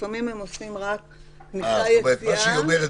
לפעמים הם עושים רק --- את בעצם אומרת